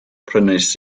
prynais